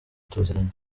tuziranye